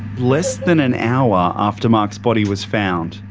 less than an hour after mark's body was found,